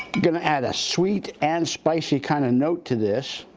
gonna add a sweet and spicy kind of note to this,